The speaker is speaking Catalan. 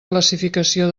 classificació